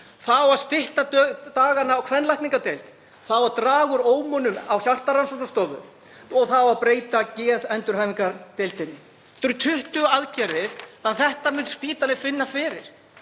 á að stytta innlagnir á kvenlækningadeild. Það á að draga úr ómunum á hjartarannsóknarstofu og það á að breyta geðendurhæfingardeildinni. Þetta eru 20 aðgerðir og því mun spítalinn finna fyrir.